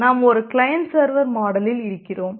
நாம் ஒரு client server மாடலில் இருக்கிறோம்